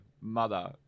mother